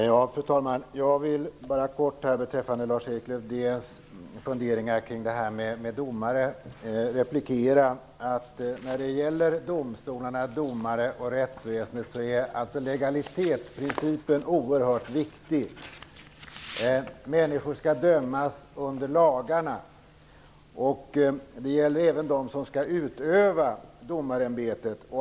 Fru talman! Jag vill kort beträffande Lars-Erik Lövdéns funderingar om domare replikera följande. När det gäller domstolarna, domare och rättsväsende är legalitetsprincipen oerhört viktig. Människor skall dömas under lagarna. Det gäller även för dem som utövar domarämbetet.